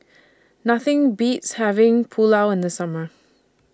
Nothing Beats having Pulao in The Summer